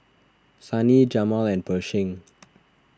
Sunny Jamal and Pershing